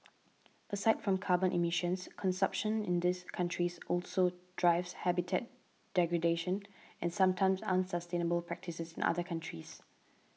aside from carbon emissions consumption in these countries also drives habitat degradation and sometimes unsustainable practices in other countries